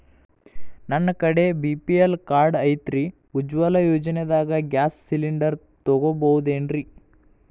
ನನ್ನ ಕಡೆ BPL card ಐತ್ರಿ, ಉಜ್ವಲಾ ಯೋಜನೆದಾಗ ಗ್ಯಾಸ್ ಸಿಲಿಂಡರ್ ತೊಗೋಬಹುದೇನ್ರಿ?